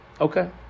Okay